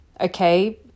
okay